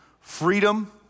freedom